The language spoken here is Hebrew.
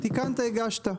תיקנת והגשת.